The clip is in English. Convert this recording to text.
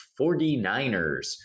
49ers